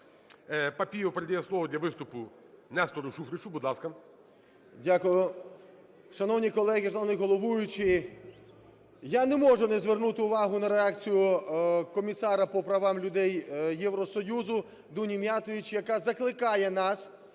Папієв передає слово для виступу Нестору Шуфричу. Будь ласка. 10:12:51 ШУФРИЧ Н.І. Дякую. Шановні колеги, шановний головуючий, я не можу не звернути увагу на реакцію Комісара про правам людей Євросоюзу Дуні Міятович, яка закликає нас